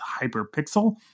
Hyperpixel